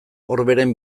orberen